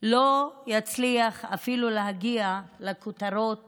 לא יצליח אפילו להגיע לכותרות